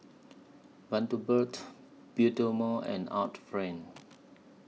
Bundaberg Bioderma and Art Friend